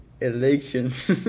Elections